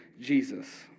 Jesus